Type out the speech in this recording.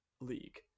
league